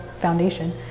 foundation